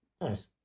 Nice